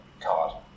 card